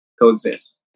coexist